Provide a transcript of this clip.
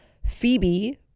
Phoebe